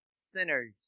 sinners